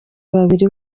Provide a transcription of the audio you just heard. babiri